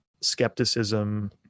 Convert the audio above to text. skepticism